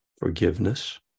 forgiveness